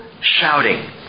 shouting